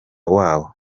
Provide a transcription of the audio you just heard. wabo